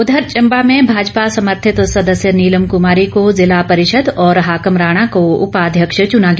उधर चंबा में भाजपा समर्थित सदस्य नीलम कूमारी को जिला परिषद और हाकम राणा को उपाध्यक्ष चूना गया